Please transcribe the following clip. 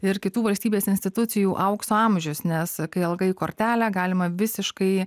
ir kitų valstybės institucijų aukso amžius nes kai alga į kortelę galima visiškai